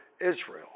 Israel